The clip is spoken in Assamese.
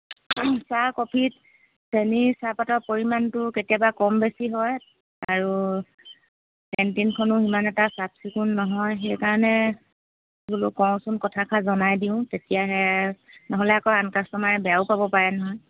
চাহ কফিত চেনি চাহপাতৰ পৰিমাণটো কেতিয়াবা কম বেছি হয় আৰু কেণ্টিনখনো সিমান এটা চাফ চিকুন নহয় সেইকাৰণে বোলো কওঁচোন কথাষাৰ জনাই দিওঁ তেতিয়াহে নহ'লে আক' আন কাষ্টমাৰে বেয়াও পাব পাৰে নহয়